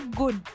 good